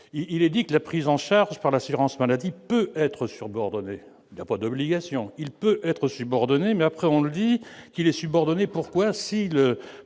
il est dit que la prise en charge par l'assurance maladie peut être sur Bordeaux, il y a pas d'obligation, il peut être subordonnée mais après on dit qu'il est subordonné, pourquoi